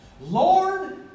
Lord